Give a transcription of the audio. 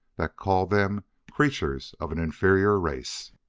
that called them creatures of an inferior race.